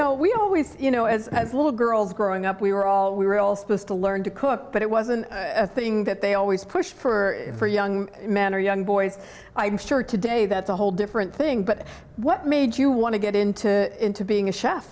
know we always you know as as little girls growing up we were all we were all supposed to learn to cook but it wasn't a thing that they always pushed for for young men or young boys i'm sure today that's a whole different thing but what made you want to get into into being a chef